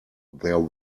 there